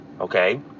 okay